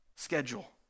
schedule